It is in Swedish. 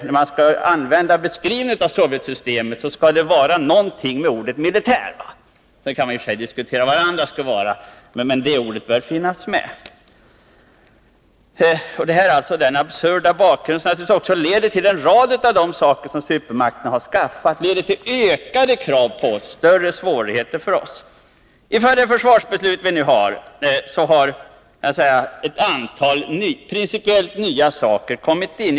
När man skall beskriva Sovjetsystemet så måste i den beskrivningen ingå ordet ”militär”. Man kan diskutera vad som i övrigt'skall ingå i beskrivningen, men det ordet bör finnas med. Det är den här absurda bakgrunden som lett till att supermakterna har skaffat sig en rad vapen, vilket i sin tur medfört ökade krav på oss och större svårigheter för oss. Inför dagens försvarsbeslut har ett antal principiellt nya faktorer kommit in i bilden.